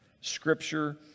Scripture